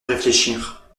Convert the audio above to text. réfléchir